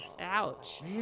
Ouch